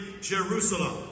Jerusalem